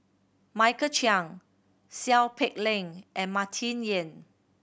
Michael Chiang Seow Peck Leng and Martin Yan